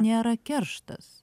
nėra kerštas